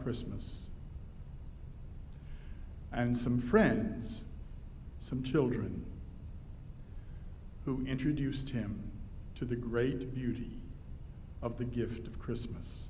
christmas and some friends some children introduced him to the great beauty of the gift of christmas